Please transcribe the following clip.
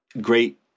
great